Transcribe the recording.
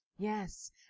Yes